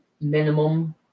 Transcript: minimum